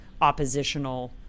oppositional